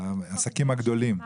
בעסקים הגדולים.